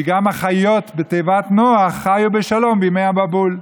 כי גם החיות בתיבת נח חיו בשלום בימי המבול.